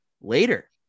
later